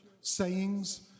sayings